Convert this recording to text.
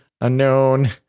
unknown